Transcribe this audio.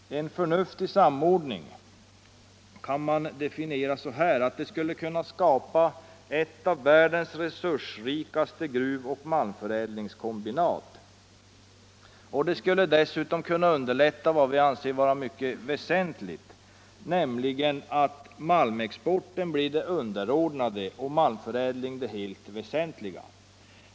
En förnuftig samordning skulle innebära att man kan skapa ett av världens resursrikaste gruvoch malmförädlingskombinat och dessutom underlätta vad vi anser vara mycket väsentligt, nämligen att malmexporten blir det underordnade och malmförädlingen det väsentliga.